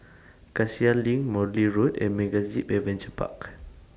Cassia LINK Morley Road and MegaZip Adventure Park